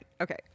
Okay